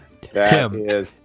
Tim